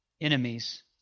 enemies